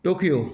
Tokyo